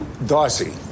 Darcy